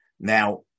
Now